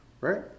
Right